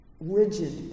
rigid